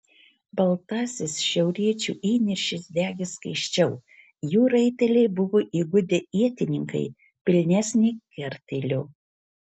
baltasis šiauriečių įniršis degė skaisčiau jų raiteliai buvo įgudę ietininkai pilnesnį kartėlio